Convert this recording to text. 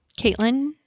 Caitlin